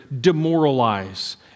demoralize